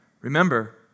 Remember